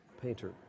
painter